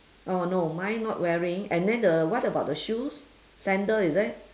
oh no mine not wearing and then the what about the shoes sandal is it